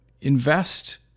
invest